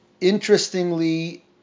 interestingly